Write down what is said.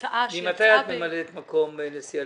ממתי את ממלאת מקום נשיא הלשכה?